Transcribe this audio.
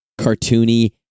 cartoony